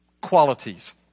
qualities